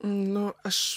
nu aš